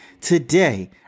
Today